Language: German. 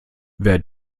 wer